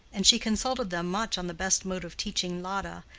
and she consulted them much on the best mode of teaching lotta,